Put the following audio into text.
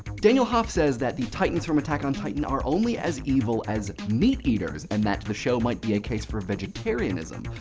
daniel huff says that the titans from attack on titan are only as evil as meat eaters and that the show might be a case for vegetarianism.